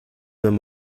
wenn